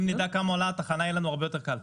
אם נדע כמה התחנה, יהיה לנו הרבה יותר קל.